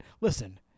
listen